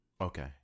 Okay